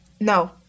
No